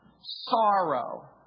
sorrow